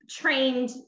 trained